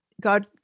God